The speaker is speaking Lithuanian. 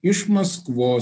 iš maskvos